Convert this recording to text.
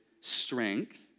strength